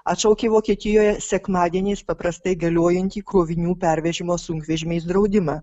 atšaukė vokietijoje sekmadieniais paprastai galiojantį krovinių pervežimo sunkvežimiais draudimą